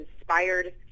inspired